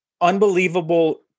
unbelievable